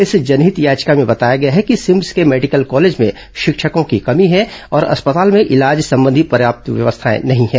इस जनहित याचिका में बताया गया है कि सिम्स के मेडिकल कॉलेज में शिक्षकों की कमी है और अस्पताल में इलाज संबंधी पर्याप्त व्यवस्थाएं नहीं हैं